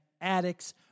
addicts